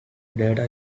data